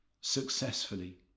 successfully